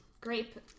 Grape